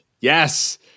Yes